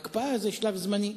הקפאה היא שלב זמני.